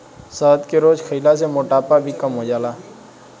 शहद के रोज खइला से मोटापा भी कम हो जाला